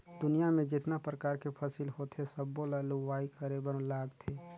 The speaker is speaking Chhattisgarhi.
दुनियां में जेतना परकार के फसिल होथे सबो ल लूवाई करे बर लागथे